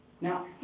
Now